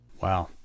Wow